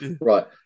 right